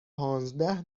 پانزده